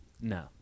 No